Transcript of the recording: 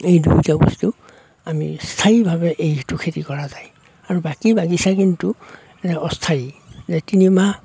এই দুয়োটা বস্তু আমি স্থায়ীভাৱে এইটো খেতি কৰা যায় আৰু বাকী বাগিচা কিন্তু মানে অস্থায়ী যে তিনি মাহ